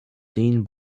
seen